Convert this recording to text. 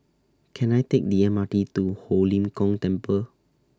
Can I Take The M R T to Ho Lim Kong Temple